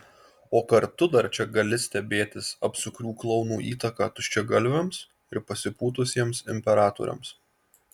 o kartu dar čia gali stebėtis apsukrių klounų įtaka tuščiagalviams ir pasipūtusiems imperatoriams